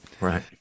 Right